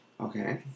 Okay